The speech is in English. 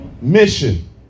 Mission